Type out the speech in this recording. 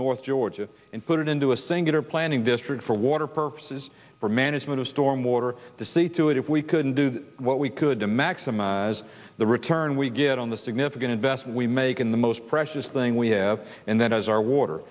north georgia and put it into a singular planning district for water purposes for management of storm water to see to it if we couldn't do what we could to maximize the return we get on the significant investment we make in the most precious thing we have and then as our water